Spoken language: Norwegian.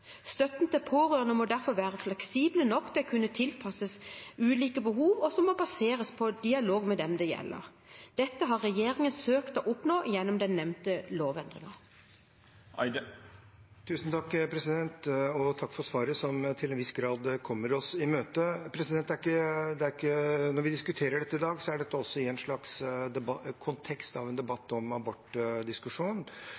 Støtten til pårørende må derfor være fleksibel nok til å kunne tilpasses ulike behov, som må baseres på dialog med dem det gjelder. Dette har regjeringen søkt å oppnå gjennom den nevnte lovendringen. Takk for svaret, som til en viss grad kommer oss i møte. Når vi diskuterer dette i dag, er det også i en slags kontekst av en